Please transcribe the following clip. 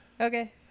Okay